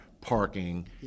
parking